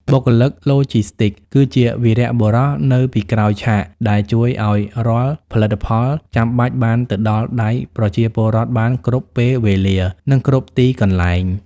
បុគ្គលិកឡូជីស្ទីកគឺជាវីរបុរសនៅពីក្រោយឆាក ដែលជួយឱ្យរាល់ផលិតផលចាំបាច់បានទៅដល់ដៃប្រជាពលរដ្ឋបានគ្រប់ពេលវេលា និងគ្រប់កន្លែង។